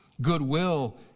Goodwill